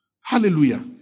Hallelujah